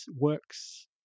works